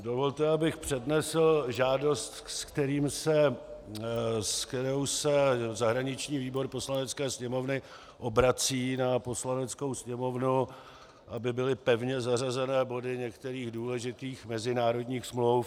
Dovolte, abych přednesl žádost, se kterou se zahraniční výbor Poslanecké sněmovny obrací na Poslaneckou sněmovnu, aby byly pevně zařazeny body některých důležitých mezinárodních smluv.